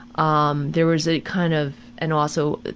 um. there was a kind of, and also,